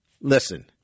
listen